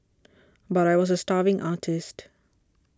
but I was a starving artist